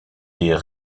des